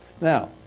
Now